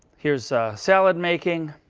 here's salad making,